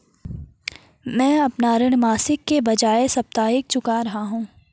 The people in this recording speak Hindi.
मैं अपना ऋण मासिक के बजाय साप्ताहिक चुका रहा हूँ